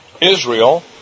Israel